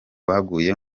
baguye